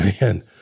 man